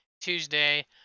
Tuesday